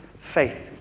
faith